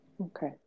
Okay